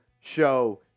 show